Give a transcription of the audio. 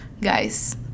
guys